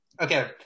Okay